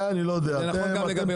זה נכון גם לגבי יוחננוף.